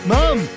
Mom